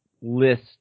list